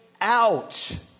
out